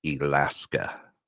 Alaska